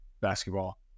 basketball